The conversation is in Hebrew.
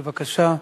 בבקשה.